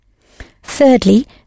Thirdly